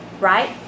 right